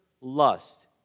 lust